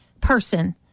person